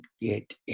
get